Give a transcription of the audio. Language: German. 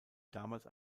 damals